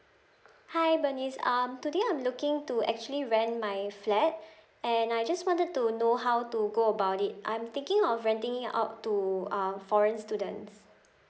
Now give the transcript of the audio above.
hi bernice um today I'm looking to actually rent my flat and I just wanted to know how to go about it I'm thinking of renting it out to uh foreign students